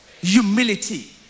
humility